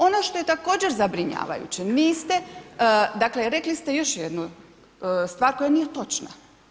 Ono što je također zabrinjavajuće niste, dakle rekli ste još jednu stvar koja nije točna.